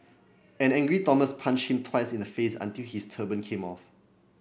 an angry Thomas punched him twice in the face until his turban came off